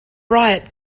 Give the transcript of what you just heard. riot